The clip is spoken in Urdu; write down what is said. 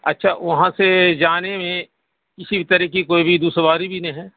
اچھا وہاں سے جانے میں کسی بھی طرح کی کوئی بھی دشواری بھی نہیں ہے